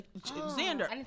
xander